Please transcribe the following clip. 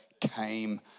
came